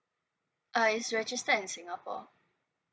uh he's registered in singapore